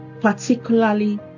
particularly